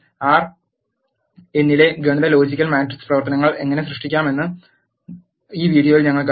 R എന്നിലെ ഗണിത logical matrix പ്രവർത്തനങ്ങൾ എങ്ങനെ ചെയ്യാമെന്ന് ഈ വീഡിയോയിൽ ഞങ്ങൾ കണ്ടു